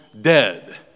dead